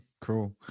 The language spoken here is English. cool